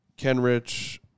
Kenrich